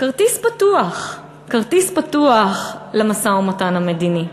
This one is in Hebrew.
כרטיס פתוח, כרטיס פתוח למשא-ומתן המדיני.